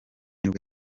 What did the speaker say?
nibwo